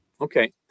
Okay